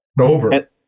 over